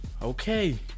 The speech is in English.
Okay